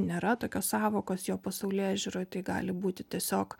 nėra tokios sąvokos jo pasaulėžiūroj tai gali būti tiesiog